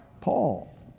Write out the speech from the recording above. Paul